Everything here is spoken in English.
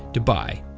dubai.